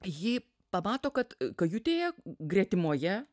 ji pamato kad kajutėje gretimoje